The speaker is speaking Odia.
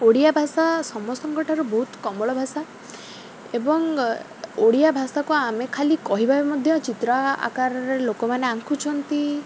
ଓଡ଼ିଆ ଭାଷା ସମସ୍ତଙ୍କଠାରୁ ବହୁତ କୋମଳ ଭାଷା ଏବଂ ଓଡ଼ିଆ ଭାଷାକୁ ଆମେ ଖାଲି କହିବା ମଧ୍ୟ ଚିତ୍ର ଆକାରରେ ଲୋକମାନେ ଆଙ୍କୁଛନ୍ତି